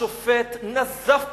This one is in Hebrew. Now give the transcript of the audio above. השופט נזף במשטרה,